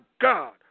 God